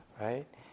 right